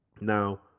Now